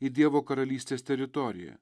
į dievo karalystės teritoriją